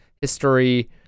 History